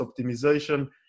optimization